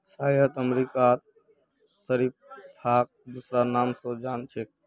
शायद अमेरिकात शरीफाक दूसरा नाम स जान छेक